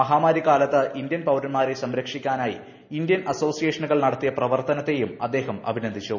മഹാമാരി കാലത്ത് ഇന്ത്യൻ പൌ്രന്മാരെ സംരക്ഷിക്കാനായി ഇന്ത്യൻ അസോസിയേഷനുകൾ നടത്തിയ പ്രവർത്തനത്തെ അദ്ദേഹം അഭിനന്ദിച്ചു